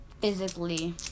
physically